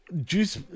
Juice